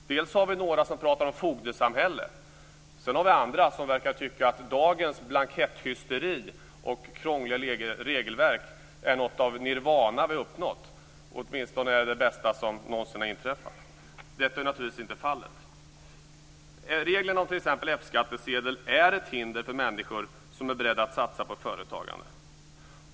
Dels har vi några som pratar om fogdesamhälle, dels har vi några som verkar tycka att dagens blanketthysteri och krångliga regelverk är något av ett uppnått nirvana, åtminstone det bästa som någonsin inträffat. Detta är naturligtvis inte fallet. Reglerna om t.ex. F-skattsedel är ett hinder för människor som är beredda att satsa på företagande.